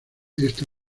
esta